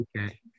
okay